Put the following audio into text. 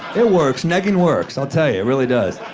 it works, negging works, i'll tell you. it really does.